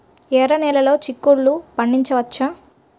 ఎర్ర నెలలో చిక్కుల్లో పండించవచ్చా?